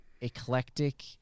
eclectic